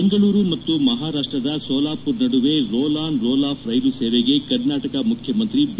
ಬೆಂಗಳೂರು ಮತ್ತು ಮಹಾರಾಷ್ಷದ ಸೋಲಾಪುರ್ ನಡುವೆ ರೋಲ್ ಆನ್ ರೋಲ್ ಆಫ್ ರೈಲು ಸೇವೆಗೆ ಕರ್ನಾಟಕ ಮುಖ್ಯಮಂತ್ರಿ ಬಿ